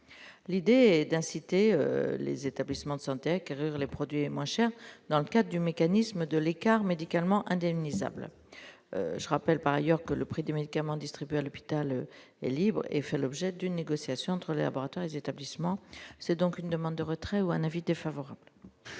l'idée est d'inciter les établissements de santé que les produits les moins chers, dans le cas du mécanisme de l'écart médicalement indemnisables je rappelle par ailleurs que le prix des médicaments distribués à l'hôpital et libre et fait l'objet d'une négociation entre les laboratoires établissements, c'est donc une demande de retrait ou un avis défavorable.